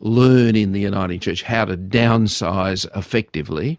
learn in the uniting church how to downsize effectively.